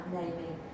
naming